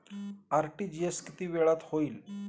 RTGS किती वेळात होईल?